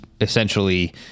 essentially